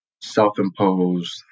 self-imposed